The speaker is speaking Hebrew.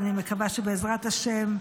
אני מקווה שבעזרת השם,